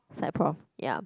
side prof ya